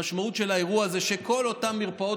המשמעות של האירוע הזה היא שכל אותן מרפאות